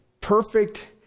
perfect